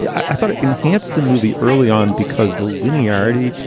yeah i thought it enhanced the movie early on because the linearity,